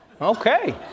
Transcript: Okay